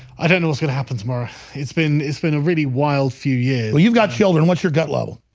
i don't know what's gonna happen tomorrow it's been it's been a really wild few years. well, you've got children. what's your gut level?